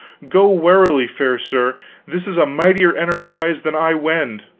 go warily, fair sir this is a mightier emprise than i wend.